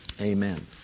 Amen